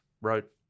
wrote